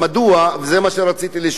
זה מה שרציתי לשאול את שר הבריאות,